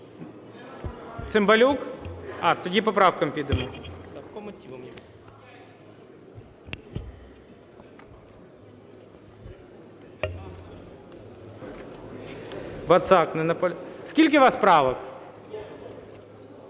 Скільки у вас правок?